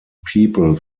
people